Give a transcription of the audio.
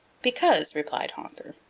because, replied honker,